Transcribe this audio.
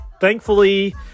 thankfully